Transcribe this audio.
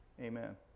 Amen